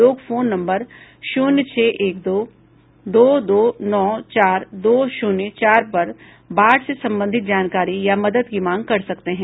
लोग phone number शून्य छह एक दो दो दो नौ चार दो शून्य चार पर बाढ़ से संबंधित जानकारी या मदद की मांग कर सकते हैं